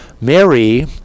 Mary